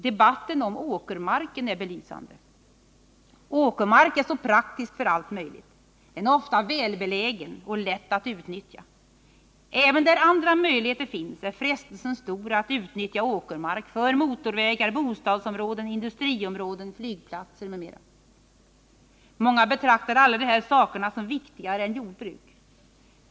Debatten om åkermarken är belysande. Åkermark är så praktisk för allt möjligt. Den är ofta välbelägen och lätt att utnyttja. Även där andra möjligheter finns är frestelsen stor att utnyttja åkermark för motorvägar, bostadsområden, industriområden, flygplatser m.m. Många betraktar alla de här sakerna som viktigare än jordbruk.